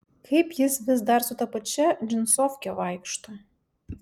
kaip jis vis dar su ta pačia džinsofke vaikšto